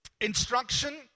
instruction